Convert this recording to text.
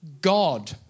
God